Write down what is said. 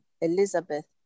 Elizabeth